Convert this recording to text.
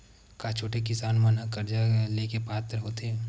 का छोटे किसान मन हा कर्जा ले के पात्र होथे?